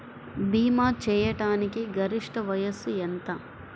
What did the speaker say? భీమా చేయాటానికి గరిష్ట వయస్సు ఎంత?